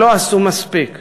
שלא עשו מספיק.